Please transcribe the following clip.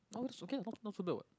oh that's okay lah not not so bad what